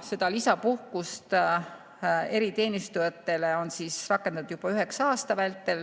Seda lisapuhkust eriteenistujatele on rakendatud juba üheksa aasta vältel.